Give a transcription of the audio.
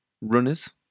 Runners